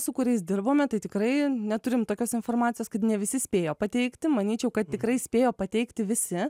su kuriais dirbome tai tikrai neturim tokios informacijos kad ne visi spėjo pateikti manyčiau kad tikrai spėjo pateikti visi